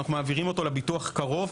אנחנו מעבירים אותו לביטוח קרוב,